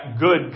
good